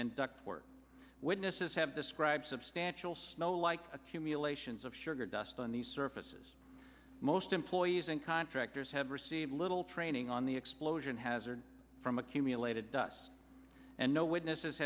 and ductwork witnesses have described substantial snow like accumulations of sugar dust on the surfaces most employees and contractors have received little training on the explosion hazard from accumulated dust and no witnesses